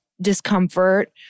discomfort